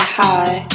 high